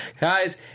Guys